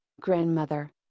grandmother